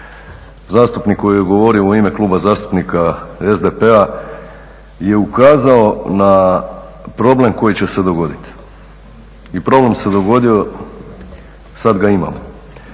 zastupnik koji je govorio u ime Kluba zastupnika SPD-a je ukazao na problem koji će se dogoditi. I problem se dogodio, sad ga imamo.